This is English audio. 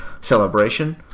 celebration